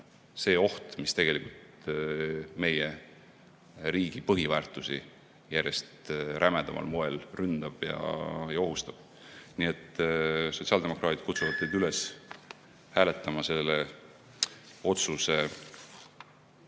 see oht, mis tegelikult meie riigi põhiväärtusi järjest rämedamal moel ründab ja ohustab. Nii et sotsiaaldemokraadid kutsuvad teid üles hääletama selle otsuse